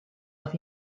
auf